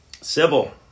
Sybil